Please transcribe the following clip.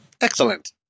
Excellent